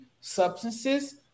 substances